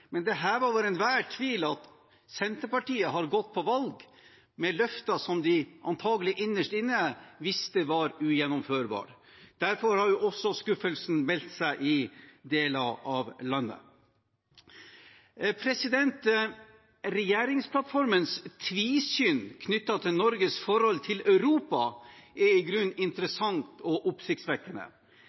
Men det er hevet over enhver tvil at Senterpartiet har gått til valg med løfter som de antakelig innerst inne visste var ugjennomførbare. Derfor har også skuffelsen meldt seg i deler av landet. Regjeringsplattformens tvisyn knyttet til Norges forhold til Europa er i grunnen interessant og oppsiktsvekkende.